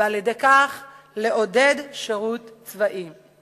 ועל-ידי כך לעודד שירות צבאי.